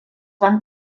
van